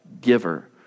giver